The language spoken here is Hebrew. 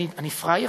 אני פראייר?